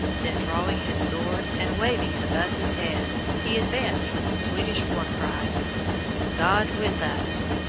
then drawing his sword and waving it above his head, he advanced with the swedish war-cry god with us!